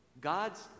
God's